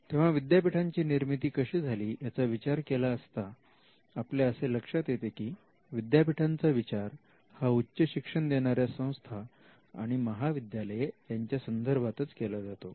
तेव्हा विद्यापीठांची निर्मिती कशी झाली याचा विचार केला असता आपल्या असे लक्षात येते की विद्यापीठांचा विचार हा उच्चशिक्षण देणाऱ्या संस्था आणि महाविद्यालये यांच्या संदर्भातच केला जातो